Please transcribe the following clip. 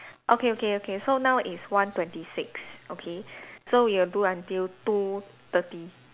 okay okay okay so now is one twenty six okay so we'll do until two thirty